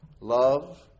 Love